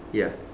ya